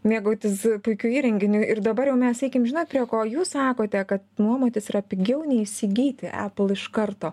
mėgautis puikiu įrenginiu ir dabar jau mes eikim žinot prie ko jūs sakote kad nuomotis yra pigiau nei įsigyti elup iš karto